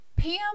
Pam